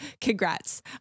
Congrats